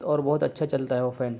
اور بہت اچھا چلتا ہے وہ فین